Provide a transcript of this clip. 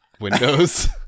Windows